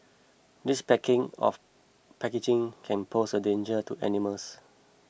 this packing of packaging can pose a danger to animals